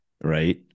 Right